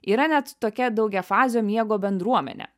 yra net tokia daugiafazio miego bendruomenė